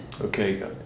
Okay